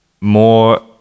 more